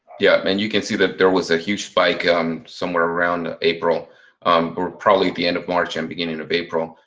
yeah and you can see that there was a huge spike um somewhere around april or probably at the end of march and beginning of april,